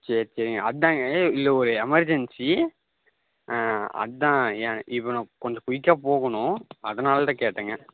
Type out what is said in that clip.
சேர் சரிங்க அதுதாங்க இல்லை ஒரு எமர்ஜென்சி அதுதான் ஏன் இப்போ நான் கொஞ்சம் குய்க்காக போகணும் அதனால தான் கேட்டேங்க